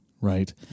right